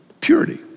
purity